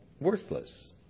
worthless